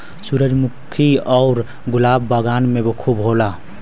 सूरजमुखी आउर गुलाब बगान में खूब होला